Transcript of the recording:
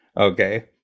okay